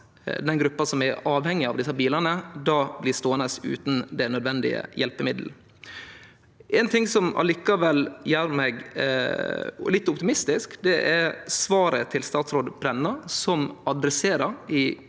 den gruppa som er avhengig av desse bilane, blir ståande utan det nødvendige hjelpemiddelet. Noko som likevel gjer meg litt optimistisk, er svaret frå statsråd Brenna, som i